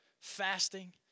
fasting